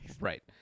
right